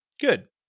Good